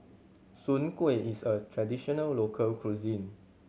soon kway is a traditional local cuisine